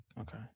Okay